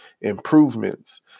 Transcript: improvements